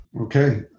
okay